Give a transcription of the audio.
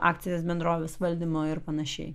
akcinės bendrovės valdymo ir panašiai